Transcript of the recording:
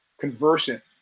conversant